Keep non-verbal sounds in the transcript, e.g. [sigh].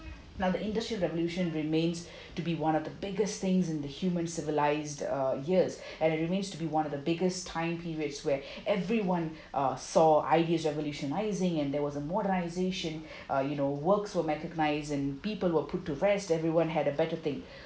now the industrial revolution remains [breath] to be one of the biggest things in the human civilised uh years and it remains to be one of the biggest time periods where everyone uh saw ideas revolutionising and there was a modernisation [breath] uh you know works were recognised and people were put to rest everyone had a better thing